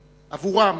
עבורם,